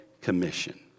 Commission